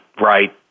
right